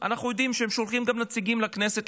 אנחנו יודעים שהם שולחים גם נציגים לכנסת,